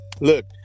Look